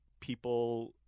people